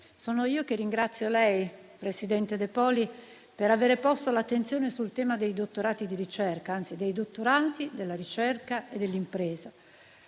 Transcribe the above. Sono io che ringrazio il presidente De Poli per aver posto l'attenzione sul tema dei dottorati di ricerca e anzi sul tema dei dottorati, della ricerca e dell'impresa,